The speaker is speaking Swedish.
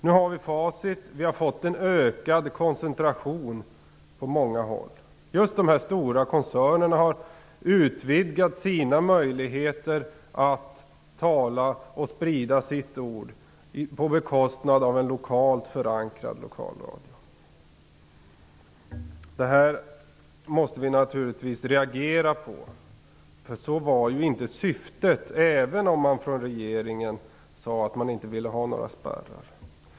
Nu har vi facit. Det har blivit en ökad koncentration på många håll. Just de stora koncernerna har utvidgat sina möjligheter att tala och sprida sitt ord, på bekostnad av en lokalt förankrad lokalradio. Vi måste naturligtvis reagera. Så var ju inte syftet, även om regeringen sade att man inte ville ha några spärrar.